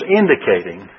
indicating